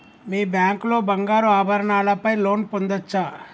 మీ bank లో బంగారు ఆభరణాల పై లోన్ పొందచ్చా?